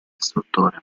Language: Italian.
istruttore